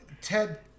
Ted